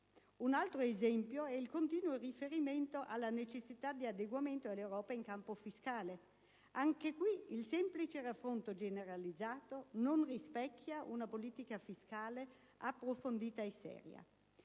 Un altro esempio è il continuo riferimento alla necessità di adeguamento all'Europa in campo fiscale. Anche in questo caso il semplice raffronto generalizzato non rispecchia una politica fiscale approfondita e seria.